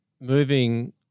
moving –